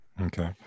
Okay